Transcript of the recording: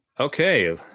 Okay